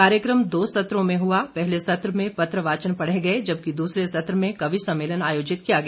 कार्यक्रम दो सत्र में हुआ पहले सत्र में पत्र वाचन पढ़े गए जबकि दूसरे सत्र में कवि सम्मेलन आयोजित किया गया